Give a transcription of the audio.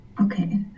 okay